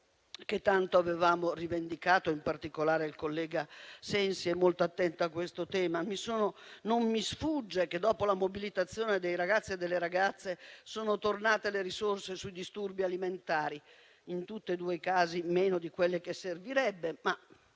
che tanto avevamo rivendicato; in particolare, il collega Sensi è molto attento a questo tema. Non mi sfugge che, dopo la mobilitazione dei ragazzi e delle ragazze, sono tornate le risorse sui disturbi alimentari. In tutte e due i casi, le risorse sono meno di quelle che servirebbero, ma